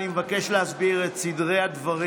אני מבקש להסביר את סדרי הדברים.